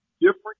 different